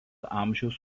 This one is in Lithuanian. amžiaus